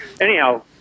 Anyhow